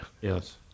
Yes